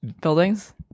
buildings